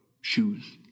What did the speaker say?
shoes